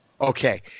okay